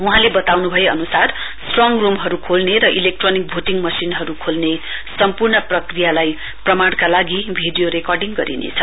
वहाँले बताउन् भए अनुसार स्ट्रङ रूमहरू खोल्न र इलेक्ट्रोनिक भोटिङ मशिनहरू खोल्ने सम्प्रर्ण प्रक्रियालाई प्रमाणका लागि भिडियौ रेकर्डिङ गरिनेछ